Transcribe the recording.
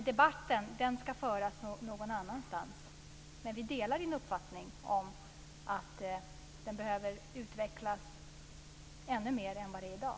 Debatten ska föras någon annanstans, men vi delar uppfattningen att den behöver utvecklas ännu mer än i dag.